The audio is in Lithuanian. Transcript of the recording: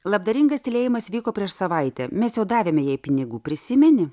labdaringas tylėjimas vyko prieš savaitę mes jau davėme jai pinigų prisimeni